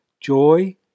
Joy